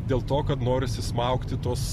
dėl to kad norisi smaugti tuos